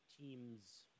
teams